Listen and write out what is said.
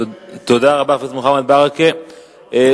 תודה רבה, חבר